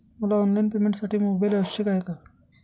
मला ऑनलाईन पेमेंटसाठी मोबाईल आवश्यक आहे का?